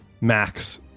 Max